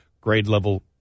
grade-level